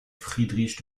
friedrich